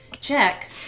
check